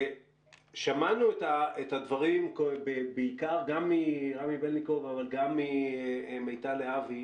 שמענו את הדברים בעיקר גם מרמי בלניקוב אבל גם ממיטל להבי,